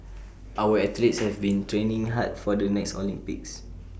our athletes have been training hard for the next Olympics